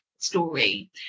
Story